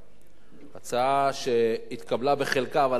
הצעה שהתקבלה בחלקה, אבל אחרי זה ש"ס